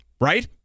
Right